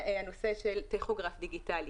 הנושא של טכוגרף דיגיטלי.